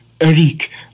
Eric